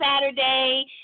Saturday